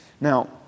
Now